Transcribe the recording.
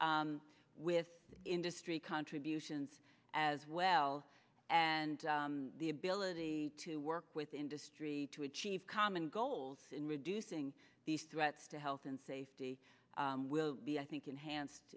with industry contributions as well and the ability to work with industry to achieve common goals in reducing these threats to health and safety will be i think enhanced